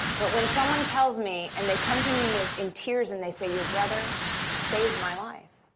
but when someone tells me and they come to me and they're in tears and they say, your brother saved my life,